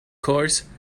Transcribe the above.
course